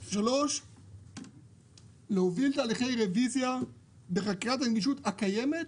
4. להוביל תהליכי רביזיה בחקיקת הנגישות הקיימת,